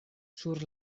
sur